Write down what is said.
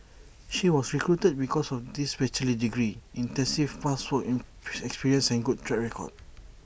she was recruited because of this bachelor's degree extensive past work in experience and good track record